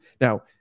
Now